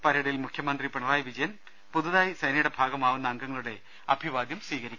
പരേഡിൽ മുഖ്യമന്ത്രി പിണറായി വിജ യൻ പുതുതായി സേനയുടെ ഭാഗമാവുന്ന അംഗങ്ങളുടെ അഭിവാദ്യം സ്വീക രിക്കും